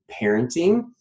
parenting